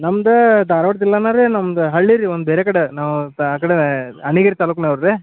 ನಮ್ದು ಧಾರ್ವಾಡ ಜಿಲ್ಲಾನೆ ರೀ ನಮ್ಮದು ಹಳ್ಳಿ ರೀ ಒಂದು ಬೇರೆ ಕಡೆ ನಾವು ಆ ಕಡೆ ಅಣ್ಣಿಗೇರಿ ತಾಲೂಕ್ನವ್ರು ರೀ